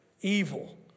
evil